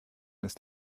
ist